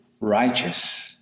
Righteous